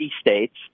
states